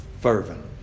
Fervent